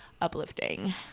uplifting